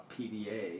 PDA